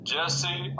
Jesse